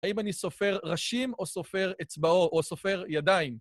האם אני סופר ראשים או סופר אצבעו או סופר ידיים?